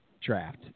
draft